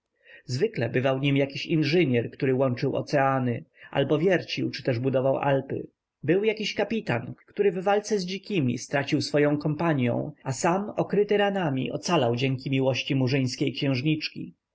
zwykle bywał nim jakiś inżynier który łączył oceany albo wiercił czy też budował alpy był jakiś kapitan który w walce z dzikimi stracił swoję kompanią a sam okryty ranami ocalał dzięki miłości murzyńskiej księżniczki